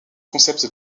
concept